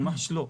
ממש לא.